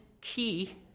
key